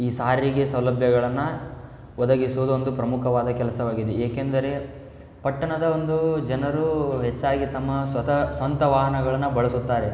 ಈ ಸಾರಿಗೆ ಸೌಲಭ್ಯಗಳನ್ನ ಒದಗಿಸೋದು ಒಂದು ಪ್ರಮುಖವಾದ ಕೆಲಸವಾಗಿದೆ ಏಕೆಂದರೆ ಪಟ್ಟಣದ ಒಂದು ಜನರೂ ಹೆಚ್ಚಾಗಿ ತಮ್ಮ ಸ್ವತಃ ಸ್ವಂತ ವಾಹನಗಳನ್ನು ಬಳಸುತ್ತಾರೆ